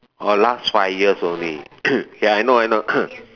oh last five years only ya I know I know